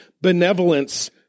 benevolence